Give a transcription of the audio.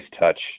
touch